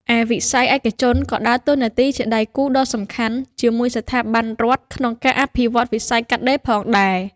ឯវិស័យឯកជនក៏ដើរតួនាទីជាដៃគូដ៏សំខាន់ជាមួយស្ថាប័នរដ្ឋក្នុងការអភិវឌ្ឍវិស័យកាត់ដេរផងដែរ។